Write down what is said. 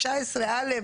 19(א),